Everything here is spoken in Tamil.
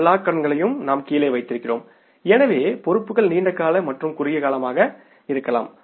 மற்ற எல்லா கடன்களையும் நாம் கீழே வைத்திருக்கிறோம் எனவே பொறுப்புகள் நீண்ட கால மற்றும் குறுகிய காலமாக இருக்கலாம்